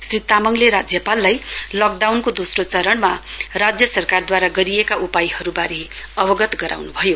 श्री तामङले राज्यपाललाई लकडाउनको दोस्रो चरणमा राज्य सरकारद्वारा गरिएका उपायहरुवारे अवगत गराउनु भयो